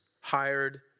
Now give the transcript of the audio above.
hired